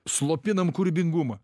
slopinam kūrybingumą